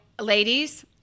ladies